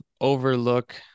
overlook